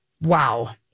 Wow